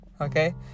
okay